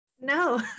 No